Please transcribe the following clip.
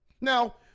Now